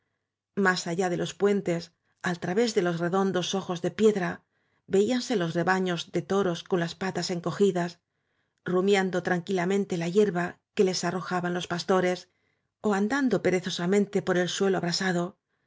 más allá de los puentes al través de los redondos ojos de piedra veíanse los rebaños de toros las con patas encogidas rumiando tranquila mente la hierba que les arrojaban los pastores ó andando perezosamente por el suelo abrasa